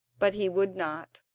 but he would not,